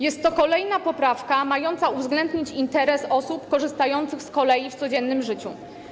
Jest to kolejna poprawka mająca uwzględnić interes osób korzystających z kolei w codziennym życiu.